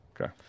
Okay